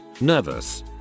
nervous